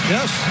Yes